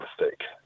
mistake